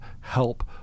help